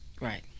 Right